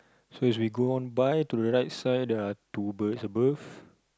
so as we go on by to the right side there are two birds above